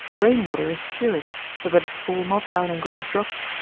rain water is purest, so that it fall not down in great drops,